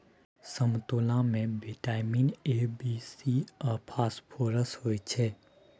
समतोला मे vitamin A, B, C आ फास्फोरस होइ छै